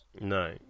No